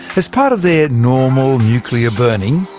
as part of their normal nuclear burning,